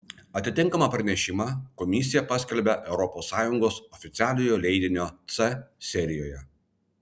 atitinkamą pranešimą komisija paskelbia europos sąjungos oficialiojo leidinio c serijoje